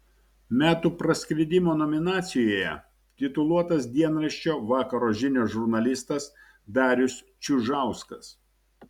metų praskridimo nominacijoje tituluotas dienraščio vakaro žinios žurnalistas darius čiužauskas